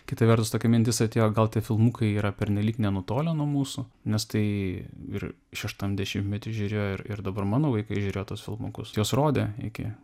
kita vertus tokia mintis atėjo gal tie filmukai yra pernelyg nenutolę nuo mūsų nes tai ir šeštam dešimtmety žiūrėjo ir ir dabar mano vaikai žiūrėjo tuos filmukus juos rodė iki